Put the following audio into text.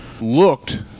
looked